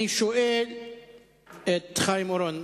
אני שואל את חיים אורון,